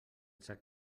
sap